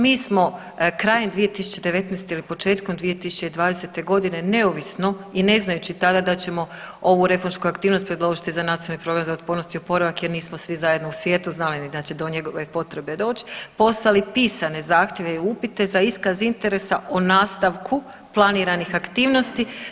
Mi smo krajem 2019. ili početkom 2020. godine neovisno i ne znajući tada da ćemo ovu reformsku aktivnost predložiti za Nacionalni program za otpornost i oporavak jer nismo svi zajedno u svijetu znali ni da će do njegove potrebe doći, poslali pisane zahtjeve i upite za iskaz interesa o nastavku planiranih aktivnosti.